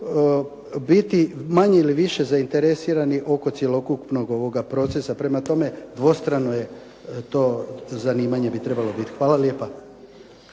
biti manje ili više zainteresirani oko cjelokupnog ovoga procesa. Prema tome, dvostrano je to zanimanje bi trebalo biti. Hvala lijepa.